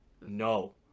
no